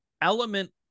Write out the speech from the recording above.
element